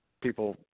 people –